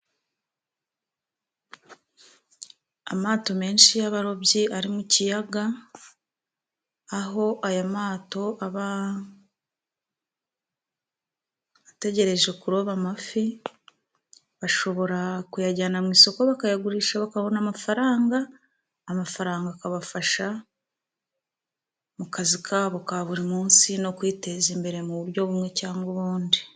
Amato menshi y'abarobyi ari mu kiyaga aho aya mato aba ategereje kuroba amafi bashobora kuyajyana mu isoko bakayagurisha bakabona amafaranga amafaranga akabafasha mu kazi kabo ka buri munsi no kwiteza imbere mu buryo bumwe cyangwa ubundi.